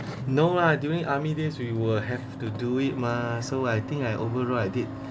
no lah during army days we will have to do it mah so I think I overall I did